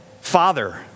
father